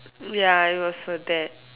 ya it was for that